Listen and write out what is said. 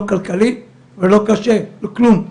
לא כלכלית ולא כלום.